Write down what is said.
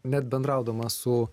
net bendraudamas su